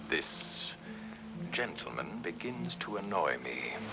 this gentleman begins to annoy me